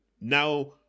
now